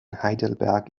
heidelberg